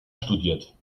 studiert